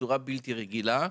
בצורה בלתי רגילה,